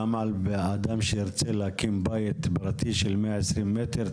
גם על בן אדם שירצה להקים בית פרטי של 120 מטר מרובע?